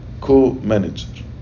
Co-manager